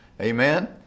Amen